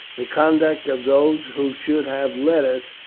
the conduct of those who should have led us,